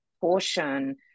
portion